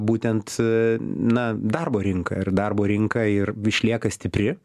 būtent a na darbo rinka ir darbo rinka ir išlieka stipri